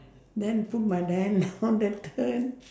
then put my the hand down then turn